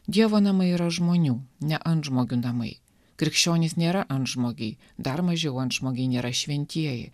dievo namai yra žmonių ne antžmogių namai krikščionys nėra antžmogiai dar mažiau antžmogiai nėra šventieji